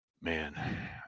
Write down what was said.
man